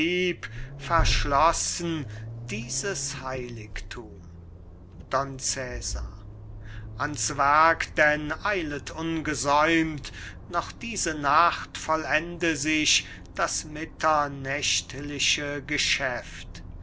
verschlossen dieses heiligthum don cesar ans werk denn eilet ungesäumt noch diese nacht vollende sich das mitternächtliche geschäft